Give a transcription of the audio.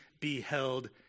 beheld